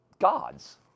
gods